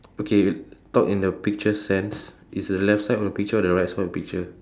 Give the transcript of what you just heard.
okay talk in the picture sense is it left side of the picture or right side of the picture